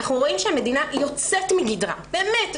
אנחנו רואים שהמדינה יוצאת מגדרה באמת,